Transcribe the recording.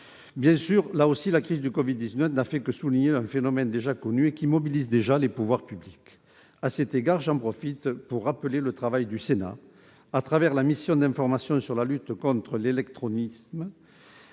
Bien sûr, là aussi, la crise du Covid-19 n'a fait que souligner un phénomène connu, qui mobilise déjà les pouvoirs publics. J'en profite pour rappeler le travail réalisé par le Sénat à travers la mission d'information sur la lutte contre l'illectronisme